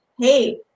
hey